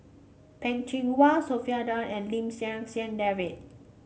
Peh Chin Hua Sophia Down and Lim San David